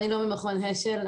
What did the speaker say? אני לא ממכון אשל,